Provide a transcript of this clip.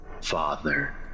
Father